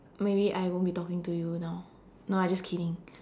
maybe I won't be talking to you now no ah I just kidding